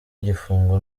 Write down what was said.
igifungo